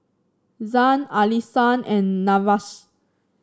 Zhane Allisson and Nevaeh